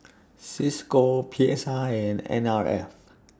CISCO P S I and N R F